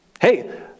hey